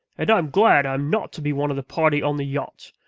and i am glad i am not to be one of the party on the yacht.